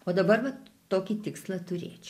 o dabar vat tokį tikslą turėčiau